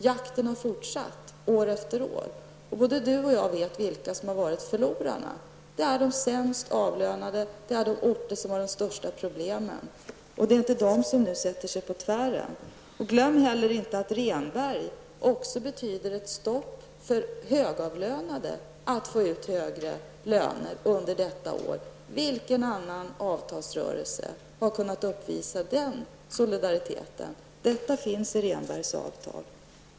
Jakten har fortsatt år efter år, och vi vet alla vilka som har varit förlorarna. Det är de sämst avlönade, det är de orter som har de största problemen. Och det är inte de som nu sätter sig på tvären. Glöm heller inte att Rehnbergs förslag också betyder ett stopp för högavlönades möjligheter att få ut högre löner under detta år. Vilken annan avtalsrörelse har kunnat uppvisa den solidariteten? Detta finns i Rehnbergs avtal.